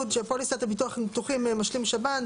של פוליסת ביטוח ניתוחים משלים שב"ן.